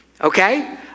Okay